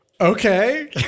okay